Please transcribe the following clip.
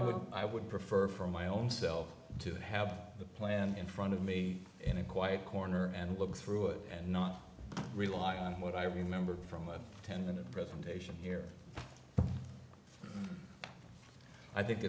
would i would prefer for my own self to have the plan in front of me in a quiet corner and look through it and not rely on what i remember from a ten minute presentation here i think